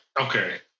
Okay